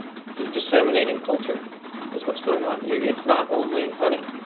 you're disseminating culture is what's going on. it's not only hunting.